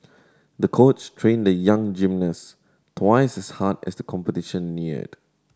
the coach trained the young gymnast twice as hard as the competition neared